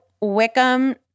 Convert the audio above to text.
Wickham